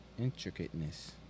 intricateness